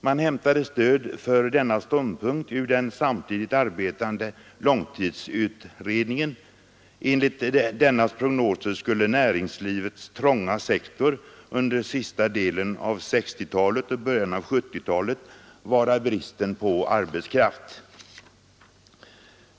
Man hämtade stöd för denna ståndpunkt ur den samtidigt arbetande långtidsutredningen. Enligt dennas prognoser skulle näringslivets trånga sektor under sista delen av 1960-talet och början av 1970-talet vara bristen på arbetskraft.